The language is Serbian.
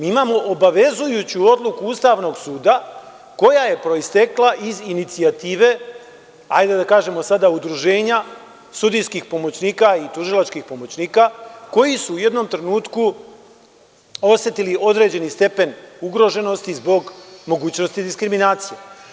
Imamo obavezujuću odluku Ustavnog suda, koja je proistekla iz inicijative, hajde da kažemo sada udruženja sudijskih pomoćnika i tužilačkih pomoćnika koji su u jednom trenutku osetili određeni stepen ugroženosti zbog mogućnosti diskriminacije.